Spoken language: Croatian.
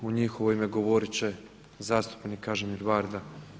U njihovo ime govoriti će zastupnik Kažimir Varda.